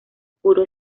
puro